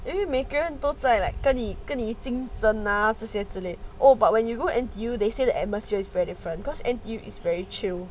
因为每个人都在跟你跟你竞争 ah 那这些之类 oh but when you go N_T_U they say the atmosphere is very different because N_T_U is very chill